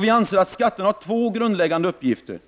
Vi anser att skatterna har två grundläggande uppgifter,